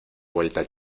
vuelta